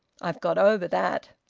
i've got over that!